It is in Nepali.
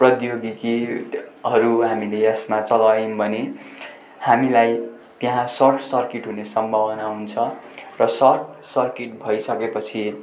प्रद्योगिकीहरू हामीले यसमा चलायौँ भने हामीलाई त्यहाँ सर्ट सर्किट हुने सम्भावना हुन्छ र सर्ट सर्किट भइसकेपछि